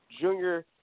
Junior